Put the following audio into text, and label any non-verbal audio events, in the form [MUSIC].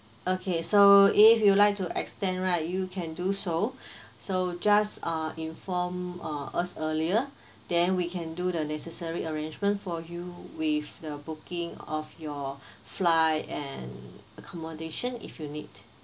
okay so if you would like to extend right you can do so [BREATH] so just ah inform uh us earlier then we can do the necessary arrangement for you with the booking of your flight and accommodation if you need